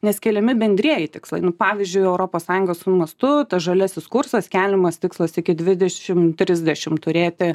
nes keliami bendrieji tikslai nu pavyzdžiui europos sąjungos mastu tas žaliasis kursas keliamas tikslas iki dvidešimt trisdešimt turėti